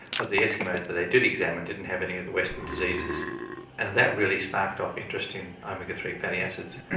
but the eskimos that they did examine didn't have any of the western diseases and that really sparked off interest in omega three fatty acids.